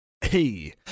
Hey